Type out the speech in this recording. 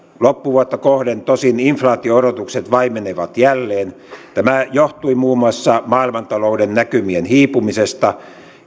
loppuvuotta kohden tosin inflaatio odotukset vaimenivat jälleen tämä johtui muun muassa maailmantalouden näkymien hiipumisesta